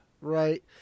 Right